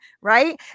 right